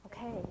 Okay